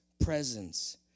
presence